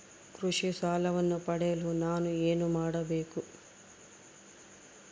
ಕೃಷಿ ಸಾಲವನ್ನು ಪಡೆಯಲು ನಾನು ಏನು ಮಾಡಬೇಕು?